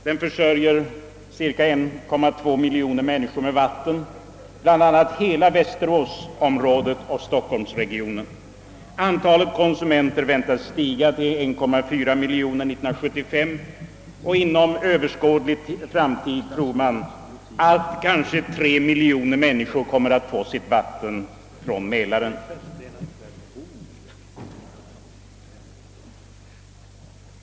Den förser cirka 1,2 miljon människor med vatten, bl.a. hela västeråsområdet och stockholmsregionen. Antalet konsumenter beräknas år 1975 ha stigit till 1,4 miljon, och inom överskådlig framtid beräknar man att kanske 3 miljoner människor kommer att få sitt vatten från Mälaren.